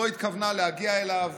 לא התכוונו להגיע אליו.